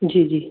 जी जी